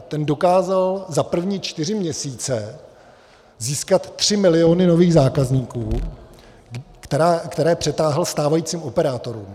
Ten dokázal za první čtyři měsíce získat tři miliony nových zákazníků, které přetáhl stávajícím operátorům.